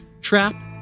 Trap